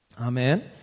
Amen